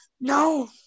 no